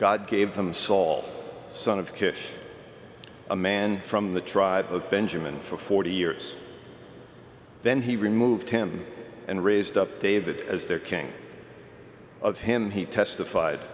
god gave them saul son of kish a man from the tribe of benjamin for forty years then he removed him and raised up david as their king of him he testified